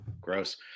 gross